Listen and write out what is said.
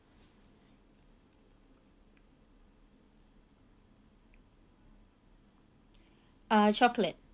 uh chocolate